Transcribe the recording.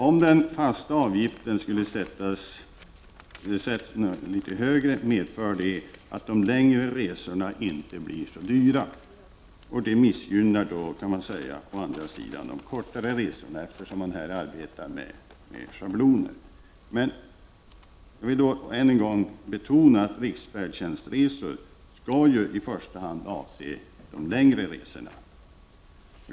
Om den fasta avgiften sätts litet högre medför det att de längre resorna inte blir så dyra. Det missgynnar då, kan man säga, å andra sidan de kortare resorna, eftersom man här arbetar med schabloner. Jag vill än en gång betona att riksfärdtjänstresor i första hand skall avse de längre resorna.